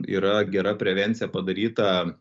yra gera prevencija padaryta